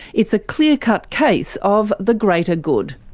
it's a clear-cut case of the greater good.